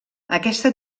aquesta